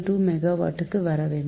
2 megawatt க்கு வரவேண்டும்